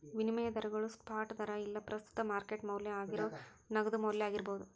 ವಿನಿಮಯ ದರಗೋಳು ಸ್ಪಾಟ್ ದರಾ ಇಲ್ಲಾ ಪ್ರಸ್ತುತ ಮಾರ್ಕೆಟ್ ಮೌಲ್ಯ ಆಗೇರೋ ನಗದು ಮೌಲ್ಯ ಆಗಿರ್ಬೋದು